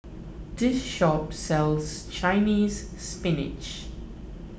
this shop sells Chinese Spinach